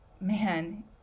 Man